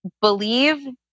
believe